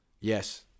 Yes